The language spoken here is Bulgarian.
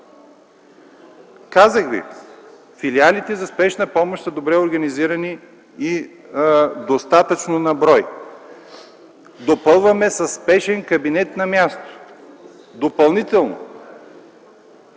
Казах Ви: филиалите за спешна помощ са добре организирани и достатъчно на брой. Допълваме със спешен кабинет на място. Допълнително!